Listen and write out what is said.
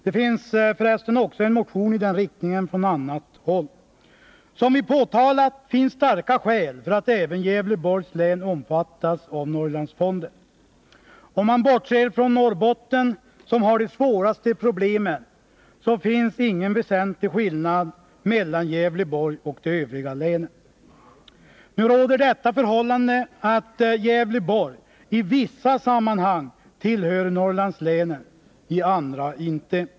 Det finns för resten också en motion i den riktningen från annat håll. Som vi påpekat finns starka skäl för att även Gävleborgs län omfattas av Norrlandsfonden. Bortsett från Norrbottens län, som har de svåraste problemen, finns ingen väsentlig skillnad mellan Gävleborgs län och de övriga Norrlandslänen. F. n. råder det förhållandet att Gävleborgs län i vissa sammanhang räknas till Norrlandslänen, i andra inte.